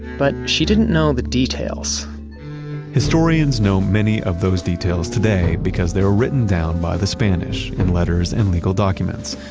but she didn't know the details historians know many of those details today because they were written down by the spanish, in letters and legal documents.